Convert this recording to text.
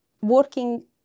working